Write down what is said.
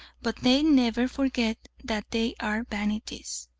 but they never forget that they are vanities.